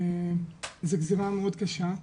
זו גזירה מאוד קשה,